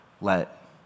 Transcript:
let